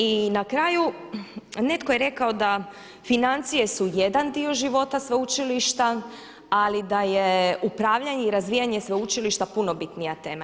I na kraju netko je rekao da financije su jedan dio života sveučilišta ali da je upravljanje i razvijanje sveučilišta puno bitnija tema.